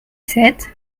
sept